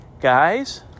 guys